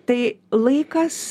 tai laikas